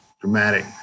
dramatic